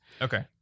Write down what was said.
Okay